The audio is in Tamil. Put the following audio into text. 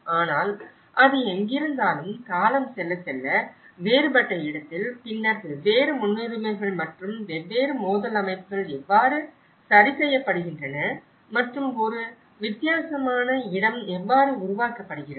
ஆனால் அது எங்கிருந்தாலும் காலம் செல்ல செல்ல வேறுபட்ட இடத்தில் பின்னர் வெவ்வேறு முன்னுரிமைகள் மற்றும் வெவ்வேறு மோதல் அமைப்புகள் எவ்வாறு சரிசெய்யப்படுகின்றன மற்றும் ஒரு வித்தியாசமான இடம் எவ்வாறு உருவாக்கப்படுகிறது